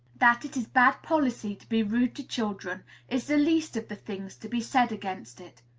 that it is bad policy to be rude to children is the least of the things to be said against it.